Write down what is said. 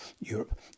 Europe